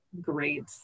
great